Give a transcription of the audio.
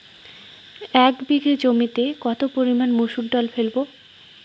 এক বিঘে জমিতে কত পরিমান মুসুর ডাল ফেলবো?